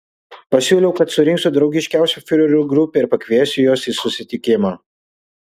pasiūliau kad surinksiu draugiškiausių fiurerių grupę ir pakviesiu juos į susitikimą